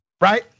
right